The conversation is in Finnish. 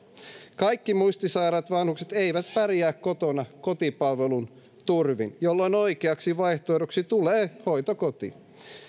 kaikki muistisairaat vanhukset eivät pärjää kotona kotipalvelun turvin jolloin oikeaksi vaihtoehdoksi tulee hoitokoti